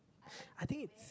I think it's